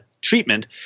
treatment